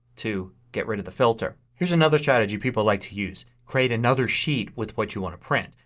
to get rid of the filter. here's another strategy people like to use. create another sheet with what you want to print.